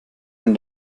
den